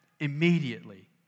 immediately